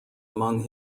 among